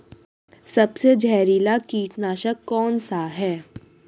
सबसे जहरीला कीटनाशक कौन सा है?